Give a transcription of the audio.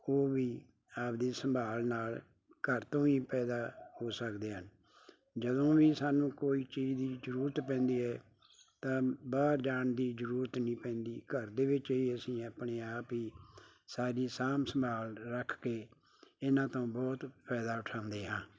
ਉਹ ਵੀ ਆਪਦੀ ਸੰਭਾਲ ਨਾਲ ਘਰ ਤੋਂ ਹੀ ਪੈਦਾ ਹੋ ਸਕਦੇ ਹਨ ਜਦੋਂ ਵੀ ਸਾਨੂੰ ਕੋਈ ਚੀਜ਼ ਦੀ ਜ਼ਰੂਰਤ ਪੈਂਦੀ ਹੈ ਤਾਂ ਬਾਹਰ ਜਾਣ ਦੀ ਜ਼ਰੂਰਤ ਨਹੀਂ ਪੈਂਦੀ ਘਰ ਦੇ ਵਿੱਚ ਹੀ ਅਸੀਂ ਆਪਣੇ ਆਪ ਹੀ ਸਾਰੀ ਸਾਂਭ ਸੰਭਾਲ ਰੱਖ ਕੇ ਇਹਨਾਂ ਤੋਂ ਬਹੁਤ ਫਾਇਦਾ ਉਠਾਉਂਦੇ ਹਾਂ